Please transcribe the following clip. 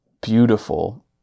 beautiful